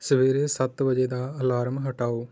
ਸਵੇਰੇ ਸੱਤ ਵਜੇ ਦਾ ਅਲਾਰਮ ਹਟਾਓ